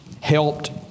helped